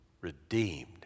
redeemed